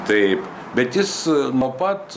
taip bet jis nuo pat